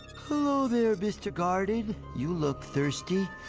hello there, mr. garden! you look thirsty.